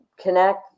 connect